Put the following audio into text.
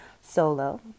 solo